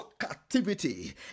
captivity